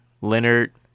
Leonard